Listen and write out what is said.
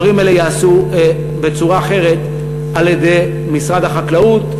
הדברים האלה ייעשו בצורה אחרת על-ידי משרד החקלאות,